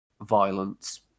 violence